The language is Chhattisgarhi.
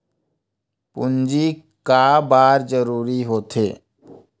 पूंजी का बार जरूरी हो थे?